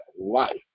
life